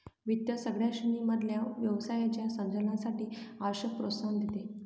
वित्त सगळ्या श्रेणी मधल्या व्यवसायाच्या संचालनासाठी आवश्यक प्रोत्साहन देते